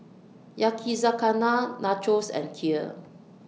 Yakizakana Nachos and Kheer